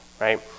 right